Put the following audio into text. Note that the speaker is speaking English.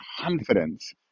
confidence